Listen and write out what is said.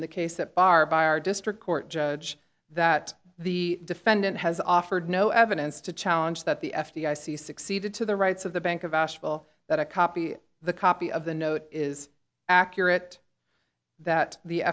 in the case at bar by our district court judge that the defendant has offered no evidence to challenge that the f d i c succeeded to the rights of the bank of ashville that a copy the copy of the note is accurate that the